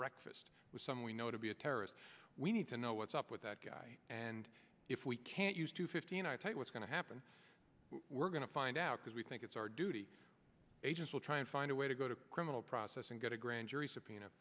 breakfast with some we know to be a terrorist we need to know what's up with that guy and if we can't use to fifteen i tell you what's going to happen we're going to find out because we think it's our duty agents will try and find a way to go to criminal process and get a grand jury subpoena